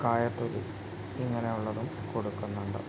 കായത്തൊലി ഇങ്ങനെയുള്ളതും കൊടുക്കുന്നുണ്ട്